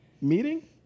meeting